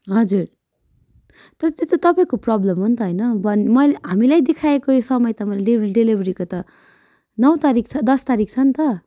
हजुर तर त्यो त तपाईँको प्रब्लम हो नि त होइन भन मैले हामीलाई दिखाएको यो समय त मैले डेबिल डेलिभेरीको त नौ तारिख छ दस तारिख छ नि त